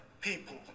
people